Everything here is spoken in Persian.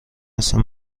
هستم